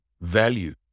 value